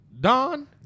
don